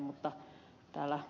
mutta ed